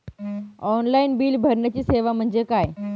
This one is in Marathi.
ऑनलाईन बिल भरण्याची सेवा म्हणजे काय?